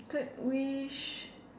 third wish